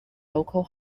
local